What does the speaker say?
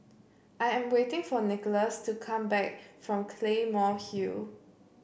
I am waiting for Nickolas to come back from Claymore Hill